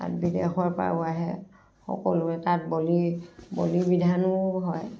তাত বিদেশৰ পৰাও আহে সকলোৱে তাত বলি বলি বিধানো হয়